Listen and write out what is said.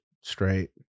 Straight